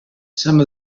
some